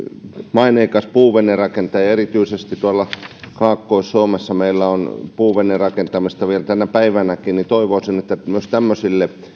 maineikas puuvenerakentaja ja erityisesti tuolla kaakkois suomessa meillä on puuvenerakentamista vielä tänäkin päivänä toivoisin että myös tämmöisille